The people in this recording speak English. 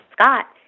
Scott